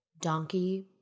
Donkey